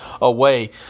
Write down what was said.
away